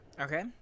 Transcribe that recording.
Okay